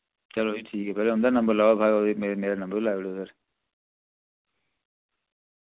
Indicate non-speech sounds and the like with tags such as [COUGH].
चलो जी ठीक ऐ पैह्लै उं'दा नम्बर लाओ [UNINTELLIGIBLE] में मेरा नम्बर बी लाई ओड़यो फिर